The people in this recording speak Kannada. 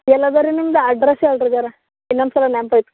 ಎಲ್ಲ ಅದ ರೀ ನಿಮ್ದು ಅಡ್ರಸ್ ಹೇಳ್ರಿ ಜರ ಇನ್ನೊಂದ್ಸಲ ನೆನ್ಪು ಐತಿ